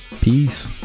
peace